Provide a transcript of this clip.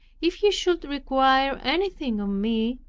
if he should require anything of me,